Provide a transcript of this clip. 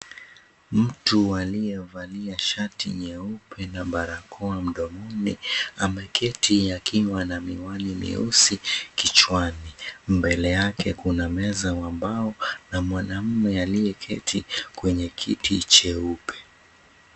Mtu aliyevalia shati nyeupe na barakoa mdomoni, ameketi akiwa na miwani mieusi kichwani. Mbele yake kuna meza wa mbao na mwanamume aliyeketi kwenye kiti cheupe.